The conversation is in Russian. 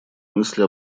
мысли